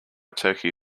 turkey